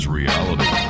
reality